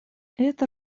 это